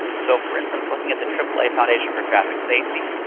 so for instance looking at the aaa foundation for traffic safety,